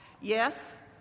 Yes